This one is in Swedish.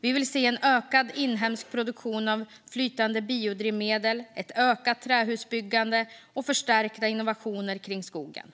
Vi vill se en ökad inhemsk produktion av flytande biodrivmedel, ett ökat trähusbyggande och förstärkta innovationerna kring skogen.